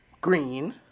green